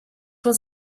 was